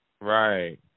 Right